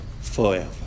Forever